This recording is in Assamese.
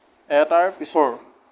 এটাৰ পিছৰ